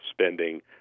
spending